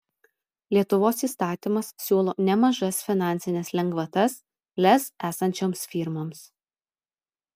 lietuvos įstatymas siūlo nemažas finansines lengvatas lez esančioms firmoms